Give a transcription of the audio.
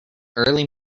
early